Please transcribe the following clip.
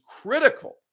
critical